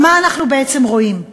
ומה אנחנו בעצם רואים?